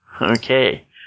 Okay